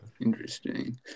interesting